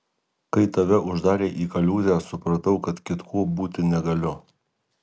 kai tave uždarė į kaliūzę supratau kad kitkuo būti negaliu